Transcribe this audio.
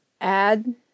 add